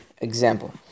example